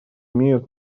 имеют